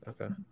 Okay